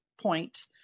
point